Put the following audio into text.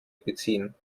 beziehen